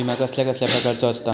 विमा कसल्या कसल्या प्रकारचो असता?